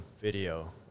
video